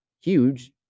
huge